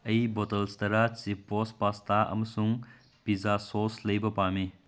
ꯑꯩ ꯕꯣꯇꯜꯁ ꯇꯔꯥ ꯆꯤꯞꯕꯣꯁ ꯄꯁꯇꯥ ꯑꯃꯁꯨꯡ ꯄꯤꯖꯥ ꯁꯣꯁ ꯂꯩꯕ ꯄꯥꯝꯃꯤ